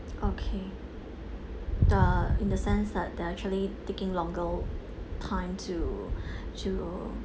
okay the in the sense that they actually taking longer time to to